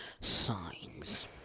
signs